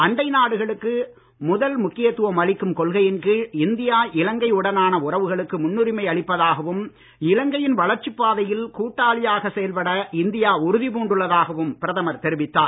அண்டைநாடுகளுக்கு முதல் முக்கியத் துவம் அளிக்கும் கொள்கையின் கீழ் இந்தியா இலங்கை உடனான உறவுகளுக்கு முன்னுரிமை அளிப்பதாகவும் இலங்கையின் வளர்ச்சிப் பாதையில் கூட்டாளியாக செயல்பட இந்தியா உறுதி பூண்டுள்ளதாகவும் பிரதமர் தெரிவித்தார்